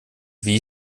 wie